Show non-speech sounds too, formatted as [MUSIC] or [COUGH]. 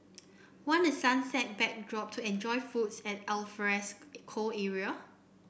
want a sunset backdrop to enjoy foods at alfresco [UNINTELLIGIBLE] area